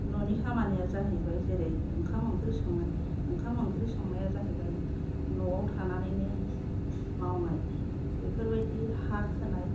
न'नि खामानिया जाहैबाय जेरै ओंखाम ओंख्रि संनाय ओंखाम ओंख्रि संनाया जाहैबाय न'आव थानानैनो मावनाय बेफोरबायदि हा खोनाय